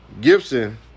Gibson